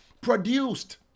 produced